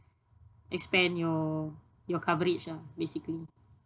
expand your your coverage lah basically